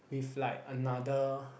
with like another